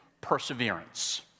perseverance